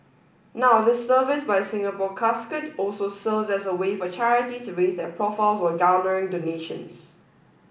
now this service by Singapore Casket also serves as a way for charities to raise their profiles while garnering donations